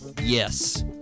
yes